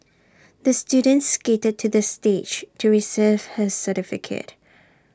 the student skated to the stage to receive his certificate